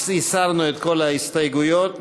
הסרנו את כל הסתייגויות.